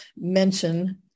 mention